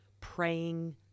praying